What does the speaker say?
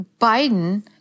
Biden